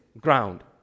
ground